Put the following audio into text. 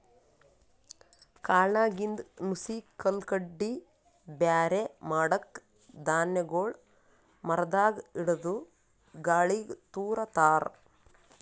ಕಾಳ್ನಾಗಿಂದ್ ನುಸಿ ಕಲ್ಲ್ ಕಡ್ಡಿ ಬ್ಯಾರೆ ಮಾಡಕ್ಕ್ ಧಾನ್ಯಗೊಳ್ ಮರದಾಗ್ ಹಿಡದು ಗಾಳಿಗ್ ತೂರ ತಾರ್